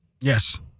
Yes